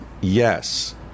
yes